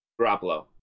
Garoppolo